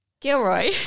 Gilroy